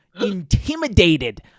intimidated